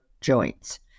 joints